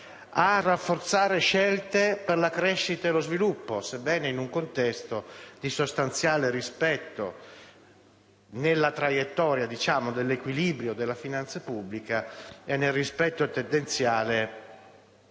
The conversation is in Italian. a rafforzare le scelte per la crescita e lo sviluppo, sebbene in un contesto di sostanziale rispetto della traiettoria di equilibrio della finanza pubblica e nel rispetto tendenziale